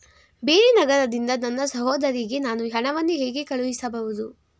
ಬೇರೆ ನಗರದಿಂದ ನನ್ನ ಸಹೋದರಿಗೆ ನಾನು ಹಣವನ್ನು ಹೇಗೆ ಕಳುಹಿಸಬಹುದು?